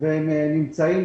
והם נמצאים.